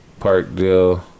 Parkdale